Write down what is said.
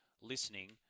listening